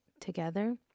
together